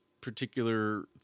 particular